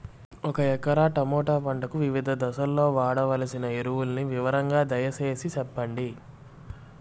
ఒక ఎకరా టమోటా పంటకు వివిధ దశల్లో వాడవలసిన ఎరువులని వివరంగా దయ సేసి చెప్పండి?